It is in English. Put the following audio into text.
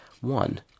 One